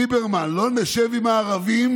ליברמן: "לא נשב עם הערבים,